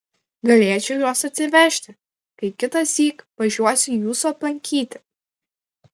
galėčiau juos atsivežti kai kitąsyk važiuosiu jūsų aplankyti